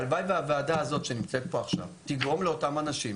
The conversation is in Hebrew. הלוואי והוועדה הזאת שנמצאת פה עכשיו תגרום לאותם אנשים